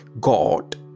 God